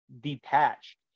detached